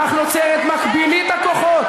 כך נוצרת מקבילית הכוחות,